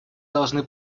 должны